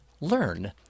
Learn